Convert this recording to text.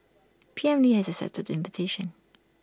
P M lee has accepted the invitation